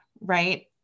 Right